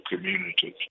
communities